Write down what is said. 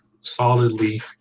solidly